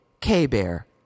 K-Bear